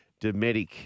Dometic